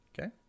Okay